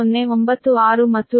096 ಮತ್ತು Db1 5